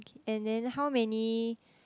and then how many